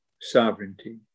sovereignty